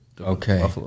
Okay